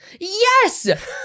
Yes